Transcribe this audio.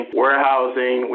warehousing